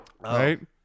right